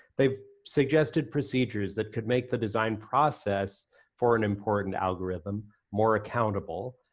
they've suggested procedures that could make the design process for an important algorithm more accountable,